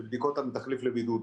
שבדיקות הן תחליף לבידוד.